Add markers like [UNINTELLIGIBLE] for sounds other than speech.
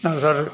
[UNINTELLIGIBLE]